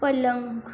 पलंग